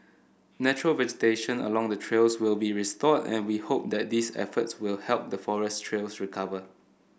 natural vegetation along the trails will be restored and we hope that these efforts will help the forest trails recover